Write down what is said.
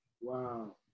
Wow